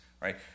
right